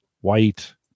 white